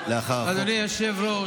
אדוני היושב-ראש,